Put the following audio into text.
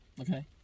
okay